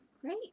Great